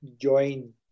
join